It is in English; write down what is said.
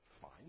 fine